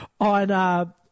on –